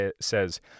says